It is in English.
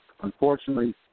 Unfortunately